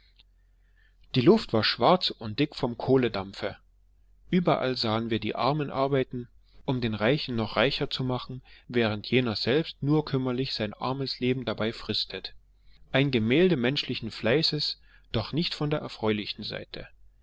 die luft war schwarz und dick vom kohlendampfe überall sahen wir den armen arbeiten um den reichen noch reicher zu machen während jener selbst nur kümmerlich sein armes leben dabei fristet ein gemälde menschlichen fleißes doch nicht von der erfreulichen seite